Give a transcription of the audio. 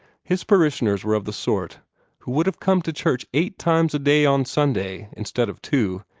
his parishioners were of the sort who would have come to church eight times a day on sunday, instead of two,